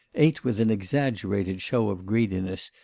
ate with an exaggerated show of greediness,